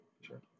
sure